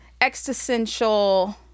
existential